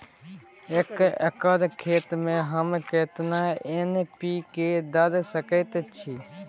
एक एकर खेत में हम केतना एन.पी.के द सकेत छी?